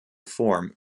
form